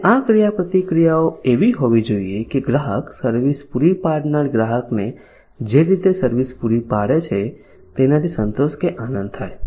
અને આ ક્રિયાપ્રતિક્રિયાઓ એવી હોવી જોઈએ કે ગ્રાહક સર્વિસ પૂરી પાડનાર ગ્રાહકને જે રીતે સર્વિસ પૂરી પાડે છે તેનાથી સંતોષ કે આનંદ થાય